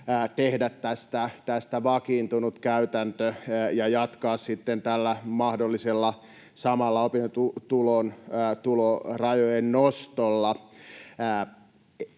tehdä tästä vakiintunut käytäntö ja jatkaa tällä mahdollisella samalla opintotuen tulorajojen nostolla.